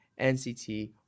NCT